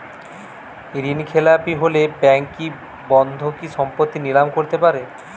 ঋণখেলাপি হলে ব্যাঙ্ক কি বন্ধকি সম্পত্তি নিলাম করতে পারে?